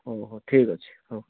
ହଉ ହଉ ଠିକ୍ ଅଛି ହଉ